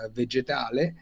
vegetale